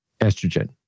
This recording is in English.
estrogen